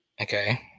okay